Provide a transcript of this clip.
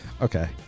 Okay